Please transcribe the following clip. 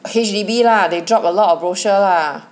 H_D_B lah they drop a lot of brochure lah